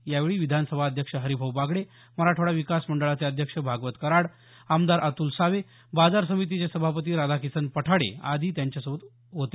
यावेळी विधानसभा अध्यक्ष हरीभाऊ बागडे मराठवाडा विकास मंडळाचे अध्यक्ष भागवत कराड आमदार अतुल सावे बाजार समितीचे सभापती राधाकिसन पठाडे आदी त्यांच्या सोबत होते